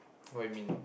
what you mean